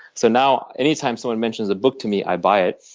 so now, any time someone mentions a book to me, i buy it.